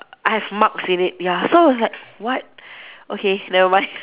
I have marks in it ya so it's like what okay never mind